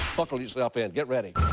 buckle yourself in. get ready.